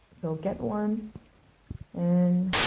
so, get one and